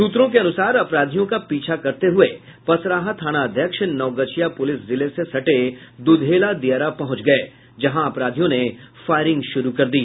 सूत्रों के अनुसार अपराधियों का पीछा करते हुये पसराहा थानाध्यक्ष नवगछिया पुलिस जिले से सटे दुधेला दियारा पहुंच गए जहां अपराधियों ने फायरिंग शुरू कर दी